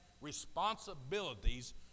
responsibilities